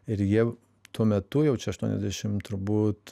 ir jie tuo metu jau čia aštuoniasdešim turbūt